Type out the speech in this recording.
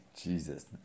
Jesus